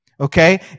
Okay